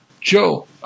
Joe